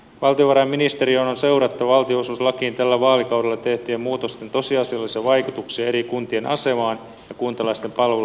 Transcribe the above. valtiovarainministeriön on seurattava valtionosuuslakiin tällä vaalikaudella tehtyjen muutosten tosiasiallisia vaikutuksia eri kuntien asemaan ja kuntalaisten palveluiden saatavuuteen